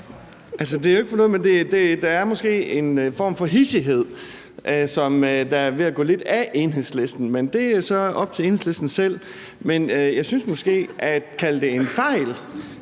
det er ikke for noget, men der er måske en form for hidsighed, der er ved at gå lidt af Enhedslisten – men det er så op til Enhedslisten selv. Jeg synes, at det at kalde det en fejl,